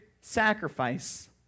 sacrifice